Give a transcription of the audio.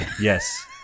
yes